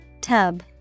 Tub